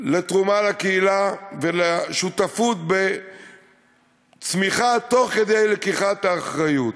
לתרומה לקהילה ולשותפות בצמיחה תוך כדי לקיחת האחריות.